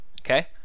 Okay